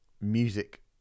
music